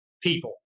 people